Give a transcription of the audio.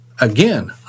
Again